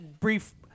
brief